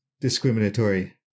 discriminatory